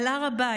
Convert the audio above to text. על הר הבית.